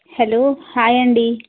hello hi అండి